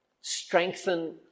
Strengthen